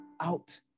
out